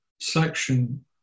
section